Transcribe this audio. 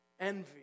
Envy